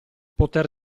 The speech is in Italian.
poter